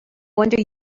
wonder